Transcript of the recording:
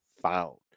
found